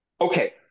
Okay